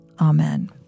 Amen